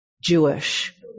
Jewish